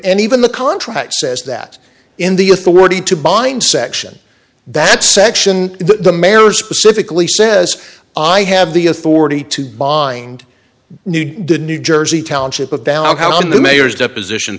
any even the contract says that in the authority to bind section that section the mayor specifically says i have the authority to bind new did new jersey township of down how the mayor's deposition